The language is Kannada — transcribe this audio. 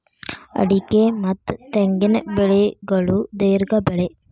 ಅಡಿಕೆ ಮತ್ತ ತೆಂಗಿನ ಬೆಳೆಗಳು ದೇರ್ಘ ಬೆಳೆ